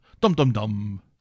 Dum-dum-dum